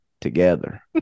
together